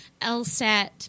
LSAT